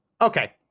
Okay